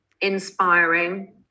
inspiring